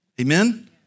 Amen